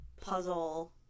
puzzle